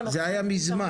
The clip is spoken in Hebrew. זה היה ממזמן.